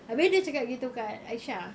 abeh dia cakap gitu dekat aisyah